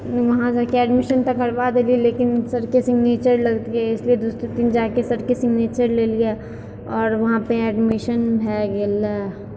वहाँ जाके एडमिशन तऽ करबाय देलियै लेकिन सरके सिग्नेचर लेलियै से दोसर दिन जाके सरके सिग्नेचर लेलियै आओर वहाँपर एडमिशन भए गेलय